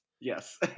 Yes